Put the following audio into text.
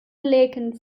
laeken